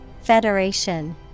federation